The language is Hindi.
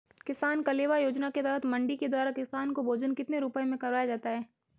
किसान कलेवा योजना के तहत मंडी के द्वारा किसान को भोजन कितने रुपए में करवाया जाता है?